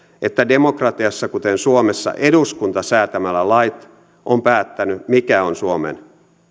että demokratiassa kuten suomessa eduskunta säätämällä lait on päättänyt mikä on suomen